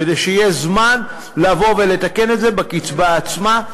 כדי שיהיה זמן לבוא ולתקן את זה בקצבה עצמה.